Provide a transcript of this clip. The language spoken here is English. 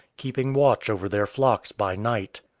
keeping watch over their flocks by night.